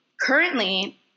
currently